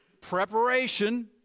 preparation